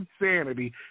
insanity